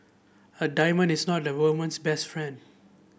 a diamond is not a woman's best friend